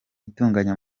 itunganya